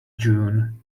june